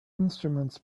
instruments